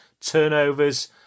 turnovers